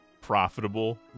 profitable